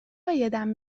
عایدم